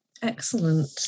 Excellent